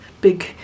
big